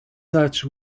such